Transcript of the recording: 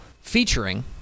featuring